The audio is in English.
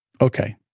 Okay